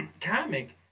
comic